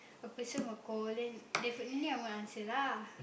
a person will call then definitely I won't answer lah